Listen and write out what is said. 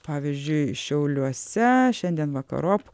pavyzdžiui šiauliuose šiandien vakarop